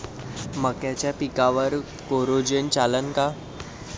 मक्याच्या पिकावर कोराजेन चालन का?